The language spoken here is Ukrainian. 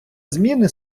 зміни